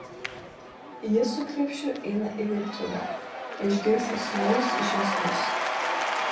ji su krepšiu eina į virtuvę išgirsta sūnaus žingsnius